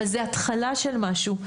אבל זה התחלה של משהו.